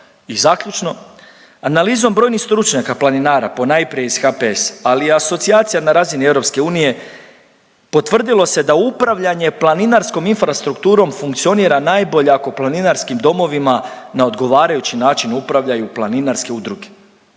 I zaključno, analizom brojnih stručnjaka planinara ponajprije iz HPS-a, ali i asocijacija na razini EU potvrdilo se da upravljanje planinarskom infrastrukturom funkcionira najbolje ako planinarskim domovina na odgovarajući način upravljaju planinarske udruge.